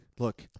Look